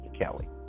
Kelly